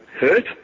hurt